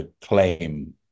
claim